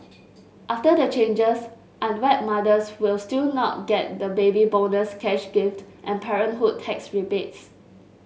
after the changes unwed mothers will still not get the Baby Bonus cash gift and parenthood tax rebates